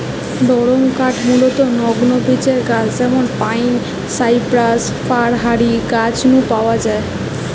নরমকাঠ মূলতঃ নগ্নবীজের গাছ যেমন পাইন, সাইপ্রাস, ফার হারি গাছ নু পাওয়া যায়